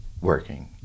working